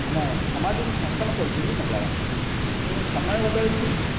ଆମ ସମାଜକୁ ଶାସନ କରୁଛନ୍ତି ମହିଳାମାନେ ତେଣୁ ସମୟ ବଦଳିଛି